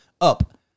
up